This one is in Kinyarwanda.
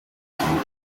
bizatuma